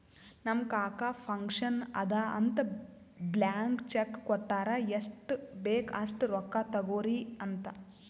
ನಮ್ ಕಾಕಾ ಫಂಕ್ಷನ್ ಅದಾ ಅಂತ್ ಬ್ಲ್ಯಾಂಕ್ ಚೆಕ್ ಕೊಟ್ಟಾರ್ ಎಷ್ಟ್ ಬೇಕ್ ಅಸ್ಟ್ ರೊಕ್ಕಾ ತೊಗೊರಿ ಅಂತ್